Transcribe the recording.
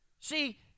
See